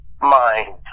mind